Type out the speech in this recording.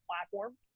platform